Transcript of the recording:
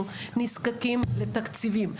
אנחנו נזקקים לתקציבים,